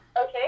Okay